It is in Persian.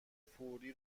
فوری